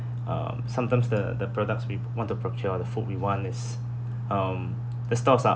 um sometimes the the products we want to procure the food we want is um the stores are